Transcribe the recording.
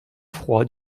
froid